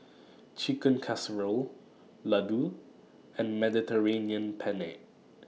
Chicken Casserole Ladoo and Mediterranean Penne